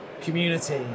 community